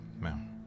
Man